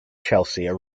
chesley